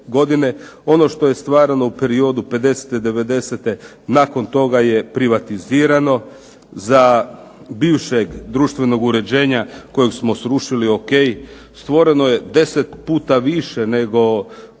ono što je stvarano u periodu 50., 90. nakon toga je privatizirano za bivšeg društvenog uređenja kojeg smo srušili ok, stvoreno je 10 puta više nego pod